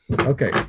Okay